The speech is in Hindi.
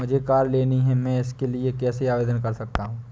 मुझे कार लेनी है मैं इसके लिए कैसे आवेदन कर सकता हूँ?